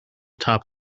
top